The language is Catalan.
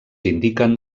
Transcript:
indiquen